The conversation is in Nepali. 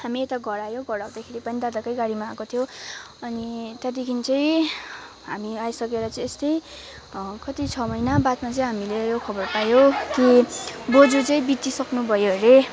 हामी यता घर आयौँ घर आउँदा पनि दादाकै गाडीमा आएको थियौँ अनि त्यहाँदेखि चाहिँ हामी आइसकेर चाहिँ यस्तै कति छ महिना बादमा चाहिँ हामीले यो खबर पायौँ कि बज्यू चाहिँ बितिसक्नु भयो हरे